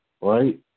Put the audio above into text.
Right